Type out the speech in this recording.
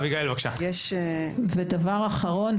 ודבר אחרון,